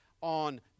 on